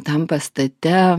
tam pastate